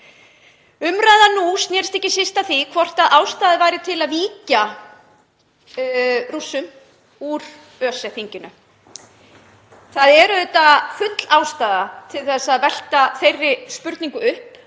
Umræðan nú sneri ekki síst að því hvort ástæða væri til að víkja Rússum úr ÖSE-þinginu. Það er auðvitað full ástæða til að velta þeirri spurningu upp